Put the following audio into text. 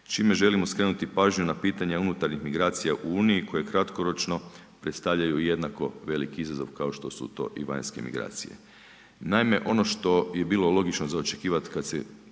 čime želimo skrenuti pažnju na pitanja unutarnjih migracija u Uniji koje kratkoročno predstavljaju i jednako veliki izazov kao što su to i vanjske migracije. Naime, ono što je bilo logično za očekivati kada se